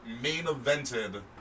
main-evented